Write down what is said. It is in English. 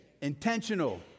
Intentional